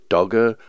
Dogger